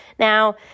Now